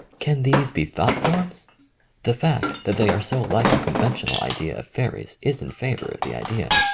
can these be thought-forms the fact that they are so like our conventional idea of fairies is in favour of the idea.